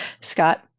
Scott